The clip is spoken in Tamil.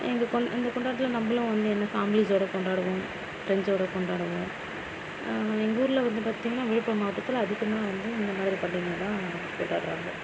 இங்கே கொண் அந்த கொண்டாட்டத்தில் நம்மளும் வந்து என்ன ஃபேமிலிஸ்வோடய கொண்டாடுவோம் ப்ரெண்ட்ஸ்வோடய கொண்டாடுவோம் எங்கள் ஊரில் வந்து பார்த்தீங்கன்னா விழுப்புரம் மாவட்டத்தில் அதிகமாக வந்து இந்தமாதிரி பண்டிகை தான் கொண்டாடுகிறாங்க